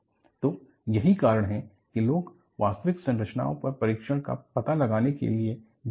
तो यही कारण है कि लोग वास्तविक संरचनाओं पर परीक्षण का पता लगाने के लिए जाते हैं